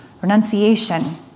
renunciation